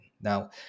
Now